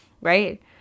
right